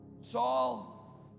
Saul